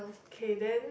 K then